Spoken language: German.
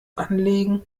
anlegen